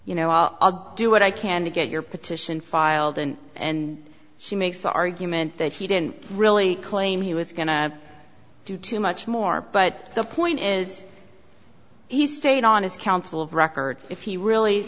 know do what i can to get your petition filed and and she makes the argument that he didn't really claim he was going to do too much more but the point is he stayed on his counsel of record if he really